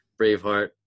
Braveheart